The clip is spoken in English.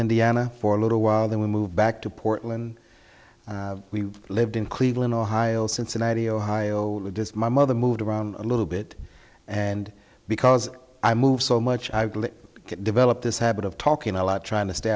indiana for a little while then we moved back to portland we lived in cleveland ohio cincinnati ohio my mother moved around a little bit and because i moved so much i get developed this habit of talking a lot trying to stay